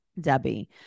Debbie